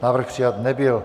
Návrh přijat nebyl.